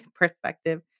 perspective